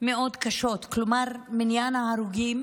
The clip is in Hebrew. מאוד קשות, כלומר מניין ההרוגים